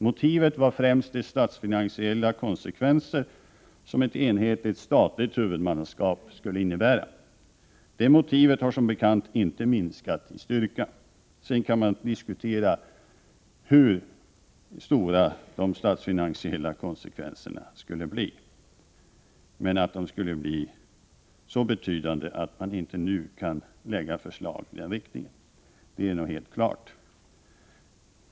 Motivet var främst de statsfinansiella konsekvenser som ett enhetligt statligt huvudmannaskap skulle innebära. Det motivet har som bekant inte minskat i styrka. Sedan kan man diskutera hur stora de statsfinansiella konsekvenserna skulle bli, men att de skulle bli så betydande att man inte nu kan lägga fram förslag i den riktningen är helt klart.